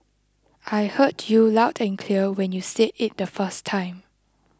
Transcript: I heard you loud and clear when you said it the first time